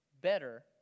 better